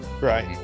Right